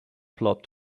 plot